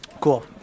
Cool